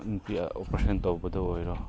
operation ꯇꯧꯕꯗ ꯑꯣꯏꯔꯣ